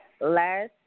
last